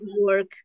work